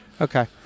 Okay